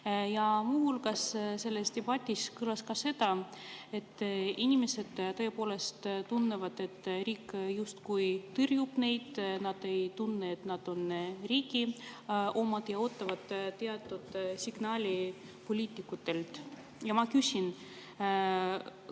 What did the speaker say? ja muu hulgas sealses debatis kõlas ka seda, et inimesed tõepoolest tunnevad, et riik justkui tõrjub neid. Nad ei tunne, et nad on riigi omad, ja ootavad teatud signaali poliitikutelt. Ja ma küsin.